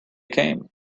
came